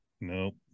Nope